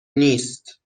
نیست